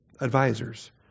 advisors